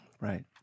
Right